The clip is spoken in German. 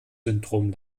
syndrom